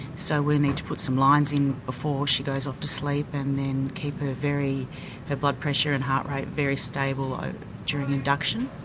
so we'll need to put some lines in before she goes off to sleep and then keep ah her blood pressure and heart rate very stable during induction,